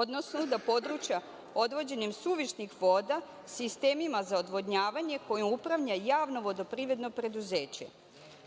odnosno da područja odvođenjem suvišnih voda sistemima za odvodnjavanje kojima upravlja javno vodoprivredno preuzeće.